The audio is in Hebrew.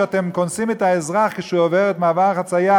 שבו אתם קונסים את האזרח כשהוא עובר במעבר החציה